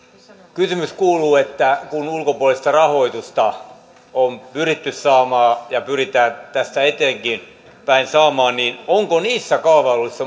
kysymys kuuluu että kun ulkopuolista rahoitusta on pyritty saamaan ja pyritään tästä eteenkinpäin saamaan niin onko niissä kaavailuissa